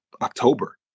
October